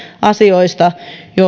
asioista